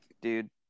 dude